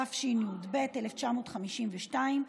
התשי"ב 1952,